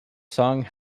song